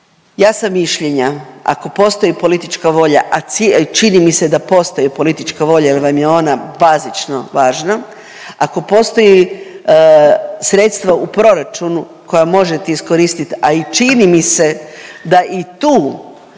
Ja sam mišljenja ako postoji politička volja, a čini mi se da postoji politička volja jel vam je ona bazično važna, ako postoji sredstva u proračuna koja možete iskoristit, a čini mi se da i tu